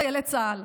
חיילי צה"ל.